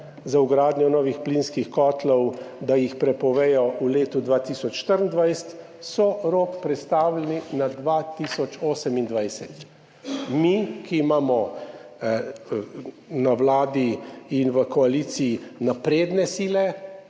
za vgradnjo novih plinskih kotlov, da jih prepovejo v letu 2024, so rok prestavili na leto 2028. Mi, ki imamo na Vladi in v koaliciji napredne sile,